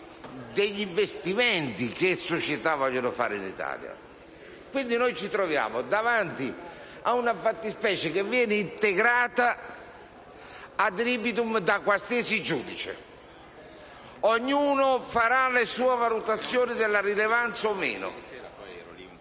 degli investimenti che le società vogliono fare in Italia. Quindi, ci troviamo davanti ad una fattispecie che viene integrata *ad libitum* da qualsiasi giudice. Ognuno farà le proprie valutazioni sulla rilevanza o meno.